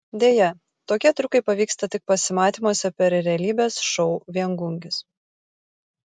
deja tokie triukai pavyksta tik pasimatymuose per realybės šou viengungis